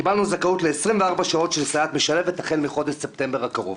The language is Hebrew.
קיבלנו זכאות ל-24 שעות של סייעת משלבת החל מחודש ספטמבר הקרוב.